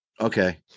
Okay